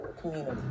community